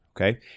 okay